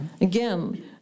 Again